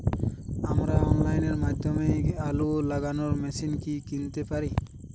আমরা অনলাইনের মাধ্যমে আলু লাগানো মেশিন কি কিনতে পারি?